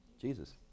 Jesus